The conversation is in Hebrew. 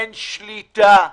אין שליטה.